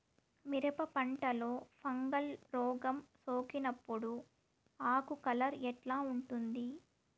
మిరప పంటలో ఫంగల్ రోగం సోకినప్పుడు ఆకు కలర్ ఎట్లా ఉంటుంది?